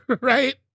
right